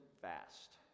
fast